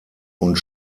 und